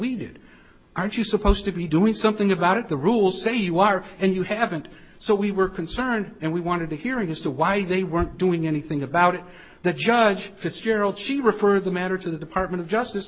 did aren't you supposed to be doing something about it the rules say you are and you haven't so we were concerned and we wanted to hear it as to why they weren't doing anything about it that judge fitzgerald she referred the matter to the department of justice